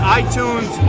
iTunes